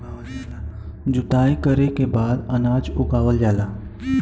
जोताई कइले के बाद अनाज उगावल जाला